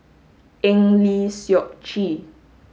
Eng Lee Seok Chee